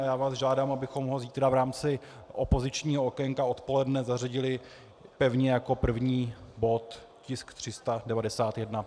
Já vás žádám, abychom ho zítra v rámci opozičního okénka odpoledne zařadili pevně jako první bod, tisk 391.